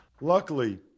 Luckily